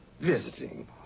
visiting